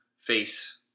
face